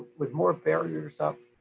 with more barriers up,